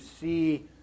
see